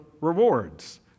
rewards